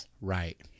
Right